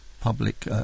public